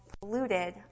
polluted